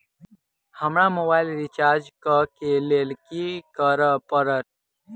हमरा mobile recharge करऽ केँ लेल की करऽ पड़त?